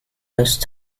those